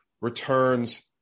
returns